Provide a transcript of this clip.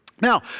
Now